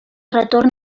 retorn